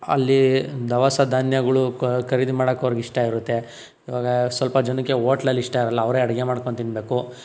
ಅಲ್ಲಿ ದವಸ ಧಾನ್ಯಗಳು ಖರೀದಿ ಮಾಡೋಕ್ಕೆ ಅವ್ರಿಗೆ ಇಷ್ಟ ಇರುತ್ತೆ ಇವಾಗ ಸ್ವಲ್ಪ ಜನಕ್ಕೆ ಹೋಟ್ಲಲ್ಲಿ ಇಷ್ಟ ಇರಲ್ಲ ಅವ್ರೆ ಅಡುಗೆ ಮಾಡ್ಕೊಂಡು ತಿನ್ಬೇಕು